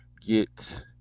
get